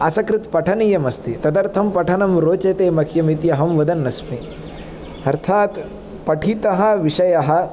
असकृत्पठनीयम् अस्ति तदर्थं पठनं रोचते मह्यम् इति अहं वदन्नस्मि अर्थात् पठितः विषयः